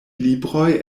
libroj